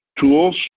tools